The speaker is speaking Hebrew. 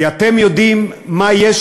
כי אתם יודעים מה יש